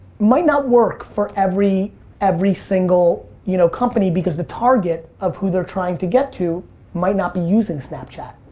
might not work for every every single you know company because the target of who they're trying to get to might not be using snapchat.